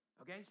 Okay